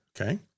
Okay